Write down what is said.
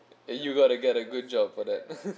eh you gotta get a good job for that